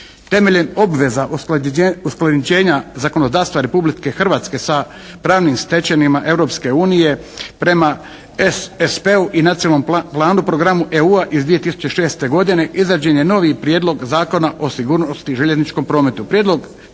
Temeljem obveza usklađenja zakonodavstva Republike Hrvatske sa pravnim stečevinama Europske unije prema SSP-u i nacionalnom planu programu EU-a iz 2006. godine izrađen je novi Prijedlog Zakona o sigurnosti u željezničkom prometu.